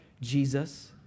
Jesus